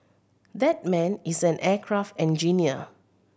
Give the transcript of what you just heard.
that man is an aircraft engineer